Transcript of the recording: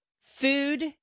Food